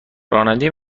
راننده